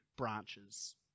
branches